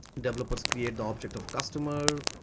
developers create the object of customer